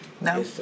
No